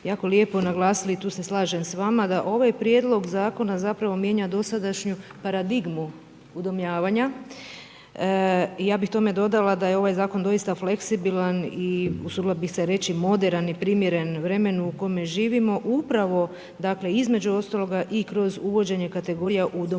jako lijepo naglasili i tu se slažem s vama, da ovaj prijedlog zakona zapravo mijenja dosadašnju paradigmu udomljavanja i ja bih tome dodala da je ovaj zakon doista fleksibilan i usudila bi se reći moderan i primjeren vremenu u kome živimo upravo između ostaloga i kroz uvođenje kategorija udomljavanja